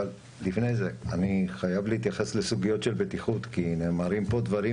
לפני זה אני חייב להתייחס לסוגיות של בטיחות כי נאמרים פה דברים